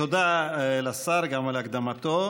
תודה לשר, גם על הקדמתו.